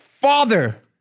father